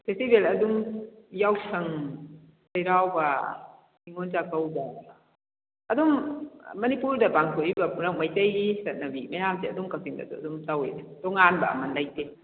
festival ꯑꯗꯨꯝ ꯌꯥꯎꯁꯪ ꯆꯩꯔꯥꯎꯕ ꯅꯤꯉꯣꯜ ꯆꯥꯀꯧꯕ ꯑꯗꯨꯝ ꯃꯅꯤꯄꯨꯔꯗ ꯄꯥꯡꯊꯣꯛꯏꯕ ꯄꯨꯅꯃꯛ ꯃꯩꯇꯩꯒꯤ ꯆꯠꯅꯕꯤ ꯃꯌꯥꯝꯁꯦ ꯑꯗꯨꯝ ꯀꯛꯆꯤꯡꯗꯁꯨ ꯑꯗꯨꯝ ꯇꯧꯏ ꯇꯣꯉꯥꯟꯕ ꯑꯃ ꯂꯩꯇꯦ